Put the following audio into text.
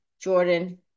Jordan